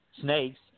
snakes